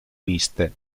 miste